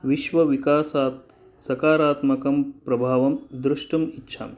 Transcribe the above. विश्वविकासात् सकारात्मकं प्रभावं द्रष्टुम् इच्छामि